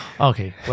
Okay